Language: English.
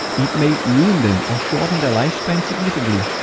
it may ruin them or shorten their lifespan significantly.